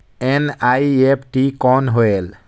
NEFT कौन होएल?